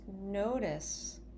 notice